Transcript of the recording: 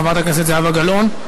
חברת הכנסת זהבה גלאון.